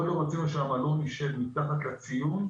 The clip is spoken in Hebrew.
מאוד לא רצינו שהמלון יישב מתחת לציון,